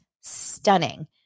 stunning